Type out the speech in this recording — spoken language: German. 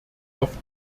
oft